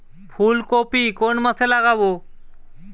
ফুলকপি কোন মাসে লাগাবো?